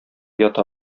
ята